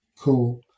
Cool